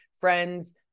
friends